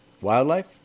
wildlife